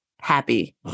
happy